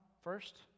first